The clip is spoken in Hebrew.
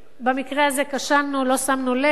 במקרה הזה כשלנו, לא שמנו לב,